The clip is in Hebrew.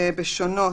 בשונות